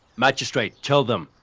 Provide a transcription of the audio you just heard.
magistrate, tell them.